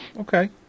Okay